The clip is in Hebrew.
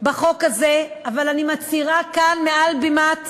בחוק הזה, אבל אני מצהירה כאן מעל בימת המליאה: